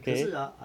可是啊